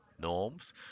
norms